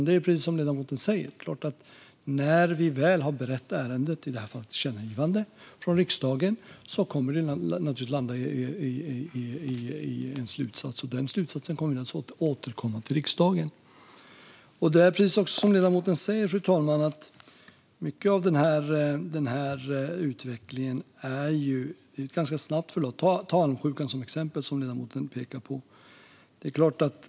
Det är som ledamoten säger att när vi väl har berett ärendet, i det här fallet ett tillkännagivande, från riksdagen kommer det att landa i en slutsats, och den slutsatsen kommer vi naturligtvis att återkomma med till riksdagen. Som ledamoten säger är det så, fru talman, att mycket av den här utvecklingen har ett ganska snabbt förlopp. Vi kan ta almsjukan som ett exempel, som ledamoten också pekar på.